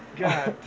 god